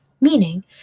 Meaning